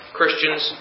Christians